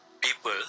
People